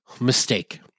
Mistake